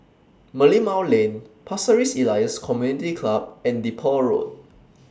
Merlimau Lane Pasir Ris Elias Community Club and Depot Road